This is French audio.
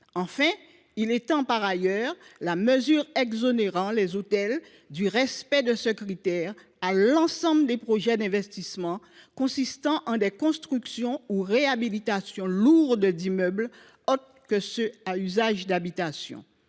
pour objet d’étendre la mesure exonérant les hôtels du respect de ce critère à l’ensemble des projets d’investissement consistant en des constructions ou réhabilitations lourdes d’immeubles autres que ceux à usage d’habitation.